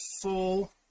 full